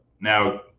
Now